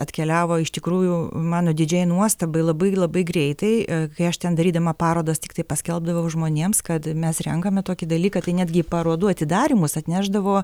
atkeliavo iš tikrųjų mano didžiai nuostabai labai labai greitai kai aš ten darydama parodas tiktai paskelbdavau žmonėms kad mes renkame tokį dalyką tai netgi parodų atidarymus atnešdavo